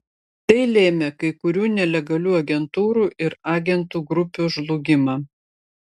tai lėmė kai kurių nelegalių agentūrų ir agentų grupių žlugimą